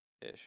Ish